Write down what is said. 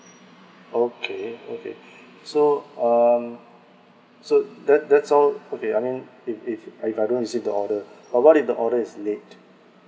okay okay so um so that that's all okay I mean if if if I don't receive the order but what if the order is late